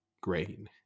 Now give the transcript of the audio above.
Great